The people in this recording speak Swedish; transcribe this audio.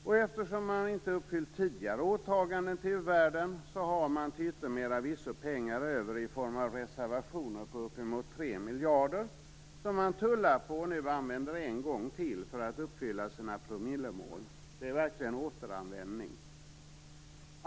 Och eftersom man inte uppfyllt tidigare åtaganden till u-världen har man till yttermera visso pengar över i form av reservationer på 3 miljarder som man tullar på och nu använder en gång till för att uppfylla sina promillemål. Det är verkligen återanvändning.